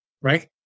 Right